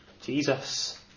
Jesus